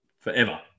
forever